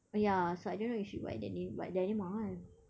oh ya so I don't know if we should buy denim sebab denim mahal